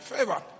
Favor